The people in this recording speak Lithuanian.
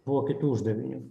buvo kitų uždavinių